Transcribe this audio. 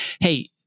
hey